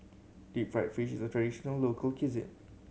deep fried fish is a traditional local cuisine